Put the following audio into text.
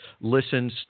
listens